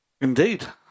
Indeed